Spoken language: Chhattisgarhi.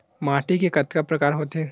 माटी के कतका प्रकार होथे?